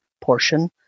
portion